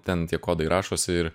ten tie kodai rašosi ir